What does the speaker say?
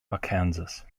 arkansas